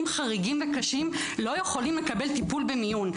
חריגים וקשים לא יכולים לקבל טיפול במיון.